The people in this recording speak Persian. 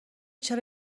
چرا